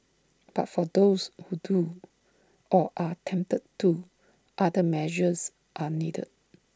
but for those who do or are tempted to other measures are needed